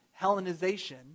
Hellenization